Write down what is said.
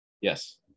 yes